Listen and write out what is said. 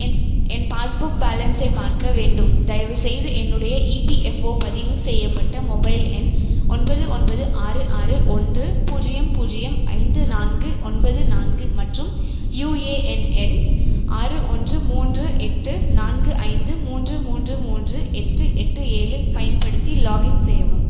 என் என் பாஸ்புக் பேலன்ஸை பார்க்க வேண்டும் தயவுசெய்து என்னுடைய இபிஎஃப்ஓ பதிவு செய்யப்பட்ட மொபைல் எண் ஒன்பது ஒன்பது ஆறு ஆறு ஒன்று பூஜ்ஜியம் பூஜ்ஜியம் ஐந்து நான்கு ஒன்பது நான்கு மற்றும் யுஏஎன் எண் ஆறு ஒன்று மூன்று எட்டு நான்கு ஐந்து மூன்று மூன்று மூன்று எட்டு எட்டு ஏழு பயன்படுத்தி லாகின் செய்யவும்